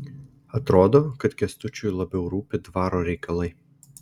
atrodo kad kęstučiui labiau rūpi dvaro reikalai